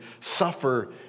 suffer